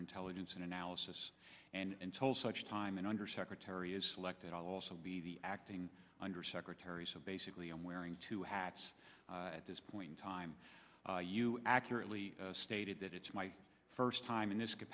intelligence and analysis and told such time and under secretary is selected i'll also be the acting undersecretary so basically i'm wearing two hats at this point in time you accurately stated that it's my first time in this c